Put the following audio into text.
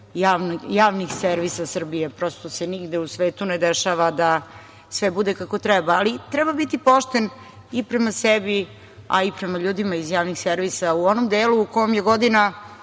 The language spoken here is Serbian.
javnih servisa Srbije. Prosto se nigde u svetu ne dešava da sve bude kako treba. Treba biti pošten i prema sebi, ali i prema ljudima iz javnih servisa u onom delu u kom je godina,